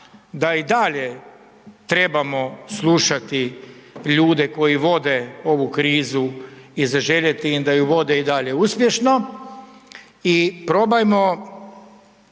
da i dalje trebamo slušati ljude koji vode ovu krizu i zaželjeti im da ju vode i dalje uspješno i probajmo,